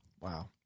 Wow